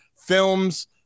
films